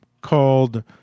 called